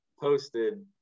posted